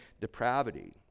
depravity